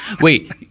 Wait